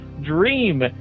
Dream